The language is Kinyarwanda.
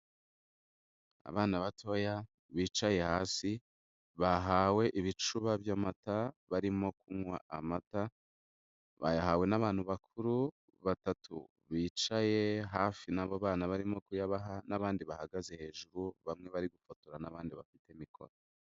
Abana batoya bicaye hasi, bahawe ibicuba by'amata, barimo kunywa amata, bayahawe n'abantu bakuru batatu bicaye hafi n'abo bana barimo kuyabaha, n'abandi bahagaze hejuru, bamwe bari gufotora n'abandi bafite mikoro.